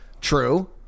True